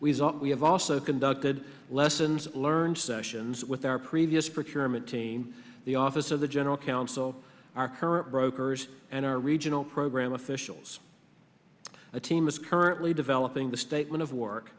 website we have also conducted lessons learned sessions with our previous preacherman team the office of the general counsel our current brokers and our regional program officials a team is currently developing the statement of work